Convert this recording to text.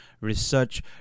research